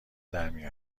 درمی